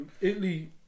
Italy